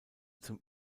zum